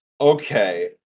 okay